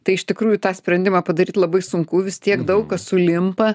tai iš tikrųjų tą sprendimą padaryt labai sunku vis tiek daug kas sulimpa